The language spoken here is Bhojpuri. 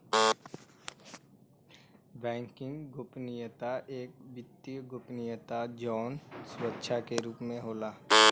बैंकिंग गोपनीयता एक वित्तीय गोपनीयता जौन सुरक्षा के रूप में होला